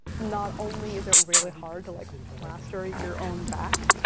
not only is it really hard to like plaster your own back,